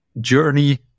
journey